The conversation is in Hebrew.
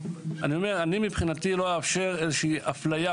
אבל אני לא אאפשר הפליה